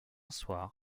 soir